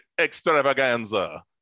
extravaganza